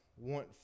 want